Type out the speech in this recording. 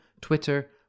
Twitter